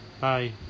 Bye